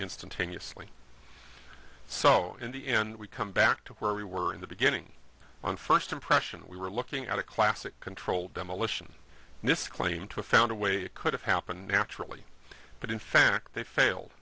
instantaneously so in the end we come back to where we were in the beginning on first impression we were looking at a classic controlled demolition claim to found a way it could have happened naturally but in fact they failed